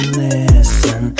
listen